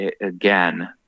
again